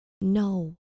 No